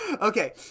Okay